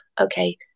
okay